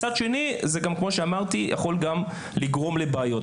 מצד שני, כמו שאמרתי, יכול לגרום לבעיות.